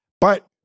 but-